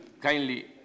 kindly